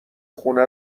خونه